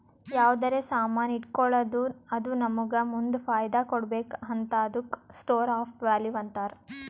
ಯಾವ್ದರೆ ಸಾಮಾನ್ ಇಟ್ಗೋಳದ್ದು ಅದು ನಮ್ಮೂಗ ಮುಂದ್ ಫೈದಾ ಕೊಡ್ಬೇಕ್ ಹಂತಾದುಕ್ಕ ಸ್ಟೋರ್ ಆಫ್ ವ್ಯಾಲೂ ಅಂತಾರ್